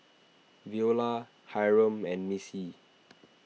Veola Hyrum and Missie